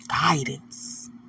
Guidance